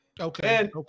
Okay